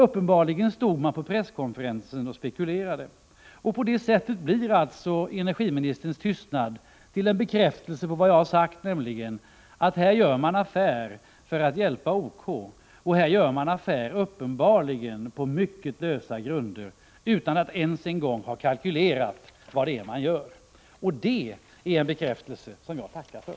Uppenbarligen stod man på presskonferensen och spekulerade! På det sättet blir alltså energiministerns tystnad till en bekräftelse på vad jag har sagt, nämligen att man här gör en affär för att hjälpa OK, och det uppenbarligen på mycket lösa grunder, utan att ens en gång ha kalkylerat på vad det är man gör. Det är en bekräftelse som jag tackar för.